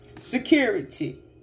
Security